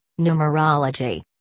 Numerology